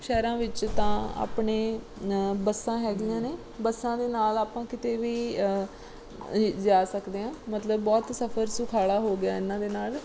ਸ਼ਹਿਰਾਂ ਵਿੱਚ ਤਾਂ ਆਪਣੇ ਬੱਸਾਂ ਹੈਗੀਆਂ ਨੇ ਬੱਸਾਂ ਦੇ ਨਾਲ ਆਪਾਂ ਕਿਤੇ ਵੀ ਜਾ ਜਾ ਸਕਦੇ ਹਾਂ ਮਤਲਬ ਬਹੁਤ ਸਫਰ ਸੁਖਾਲਾ ਹੋ ਗਿਆ ਇਹਨਾਂ ਦੇ ਨਾਲ